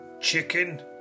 chicken